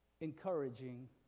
encouraging